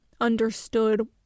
understood